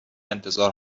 انتظار